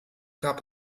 gab